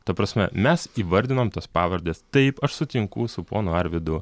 ta prasme mes įvardinom tas pavardes taip aš sutinku su ponu arvydu